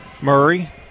Murray